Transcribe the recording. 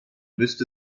müsste